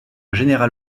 général